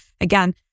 Again